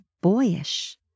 boyish